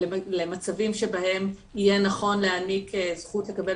למצבים שבהם יהיה נכון להעניק זכות לקבל